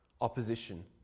opposition